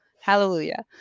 hallelujah